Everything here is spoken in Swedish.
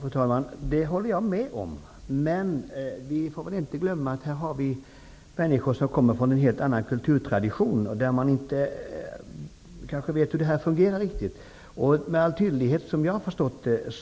Fru talman! Detta håller jag med om, men vi får inte glömma att vi här har människor som kommer från en helt annan kulturtradition. De kanske inte vet riktigt hur detta fungerar. Som jag har förstått det